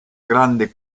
grande